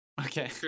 Okay